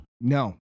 No